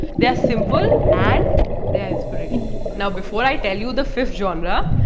they are simple and they are inspirational. now before i tell you the fifth genre,